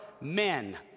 men